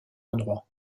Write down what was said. endroit